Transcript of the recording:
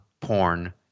porn